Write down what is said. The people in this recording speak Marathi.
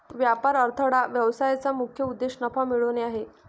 व्यापार अडथळा व्यवसायाचा मुख्य उद्देश नफा मिळवणे आहे